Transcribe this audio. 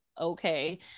okay